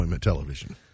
television